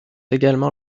également